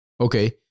Okay